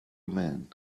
man